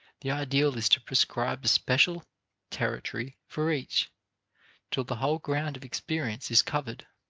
the ideal is to prescribe a special territory for each till the whole ground of experience is covered,